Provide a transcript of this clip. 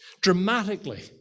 dramatically